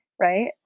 right